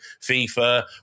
FIFA